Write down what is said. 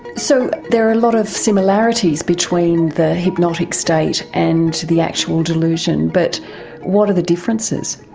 so there are a lot of similarities between the hypnotic state and the actual delusion, but what are the differences?